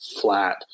flat